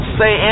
say